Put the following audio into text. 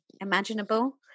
imaginable